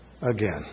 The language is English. again